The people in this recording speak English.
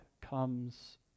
comes